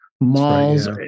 malls